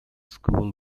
school